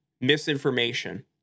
misinformation